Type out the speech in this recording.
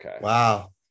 wow